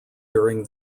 during